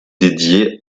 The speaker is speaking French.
dédiée